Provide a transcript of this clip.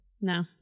No